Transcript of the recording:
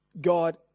God